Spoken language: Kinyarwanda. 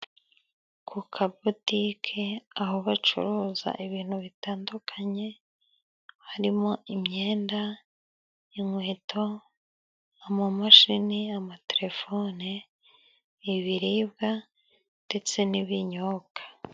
Ku kabotike aho bacuruza ibintu bitandukanye，harimo imyenda， inkweto， amamashini，amaterefone， ibibiribwa ndetse n'ibinyobwa.